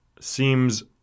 seems